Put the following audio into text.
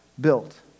built